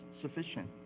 sufficient